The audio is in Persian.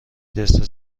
دسر